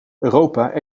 europa